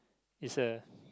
is a